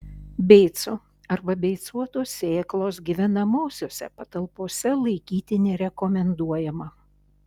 beicų arba beicuotos sėklos gyvenamosiose patalpose laikyti nerekomenduojama